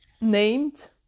named